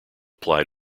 apply